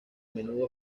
menudo